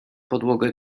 podłogę